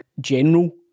general